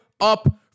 up